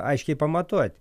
aiškiai pamatuot